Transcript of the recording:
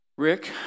Rick